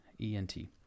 E-N-T